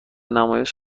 نمایش